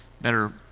Better